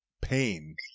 pain